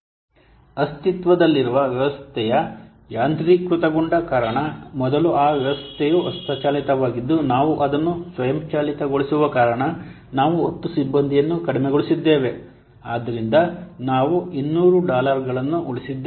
ಹೇಳಿ ಅಸ್ತಿತ್ವದಲ್ಲಿರುವ ವ್ಯವಸ್ಥೆಯ ಯಾಂತ್ರೀಕೃತಗೊಂಡ ಕಾರಣ ಮೊದಲು ಆ ವ್ಯವಸ್ಥೆಯು ಹಸ್ತಚಾಲಿತವಾಗಿದ್ದು ನಾವು ಅದನ್ನು ಸ್ವಯಂಚಾಲಿತಗೊಳಿಸುವ ಕಾರಣ ನಾವು 10 ಸಿಬ್ಬಂದಿಯನ್ನು ಕಡಿಮೆಗೊಳಿಸಿದ್ದೇವೆ ಆದ್ದರಿಂದ ನಾವು 200 ಡಾಲರ್ಗಳನ್ನು ಉಳಿಸಿದ್ದೇವೆ